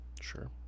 Sure